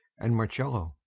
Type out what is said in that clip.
and marcello.